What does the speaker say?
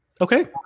Okay